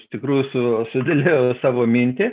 iš tikrųjų su sudėliojau savo mintį